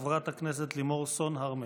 חברת הכנסת לימור סון הר מלך.